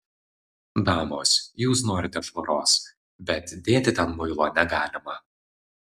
damos jūs norite švaros bet dėti ten muilo negalima